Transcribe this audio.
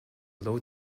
low